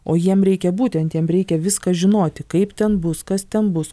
o jiem reikia būtent jiem reikia viską žinoti kaip ten bus kas ten bus